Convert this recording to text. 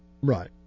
Right